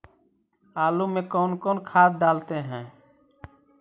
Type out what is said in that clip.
आलू में कौन कौन खाद डालते हैं?